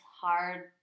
hard